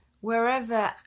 wherever